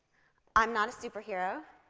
i am not a superhero,